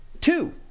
two